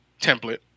template